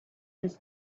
was